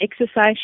exercise